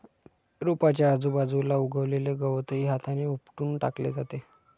रोपाच्या आजूबाजूला उगवलेले गवतही हाताने उपटून टाकले जाते